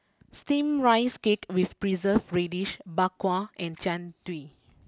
Steamed Rice Cake with Preserved Radish Bak Kwa and Jian Dui